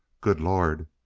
good lord,